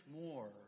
more